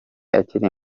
akiri